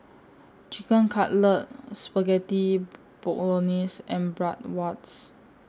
Chicken Cutlet Spaghetti Bolognese and Bratwurst